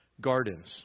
gardens